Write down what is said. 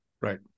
Right